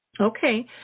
Okay